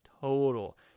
total